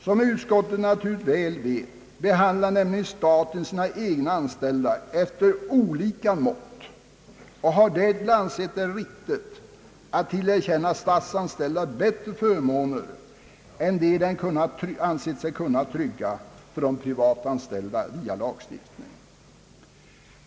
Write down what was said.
Som utskottet naturligtvis väl vet behandlar nämligen staten sina egna anställda efter olika mått och har därtill ansett det riktigt att tillerkänna statsanställda bättre förmåner än vad den anser sig via lagstiftning kunna trygga för privatanställda.